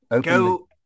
go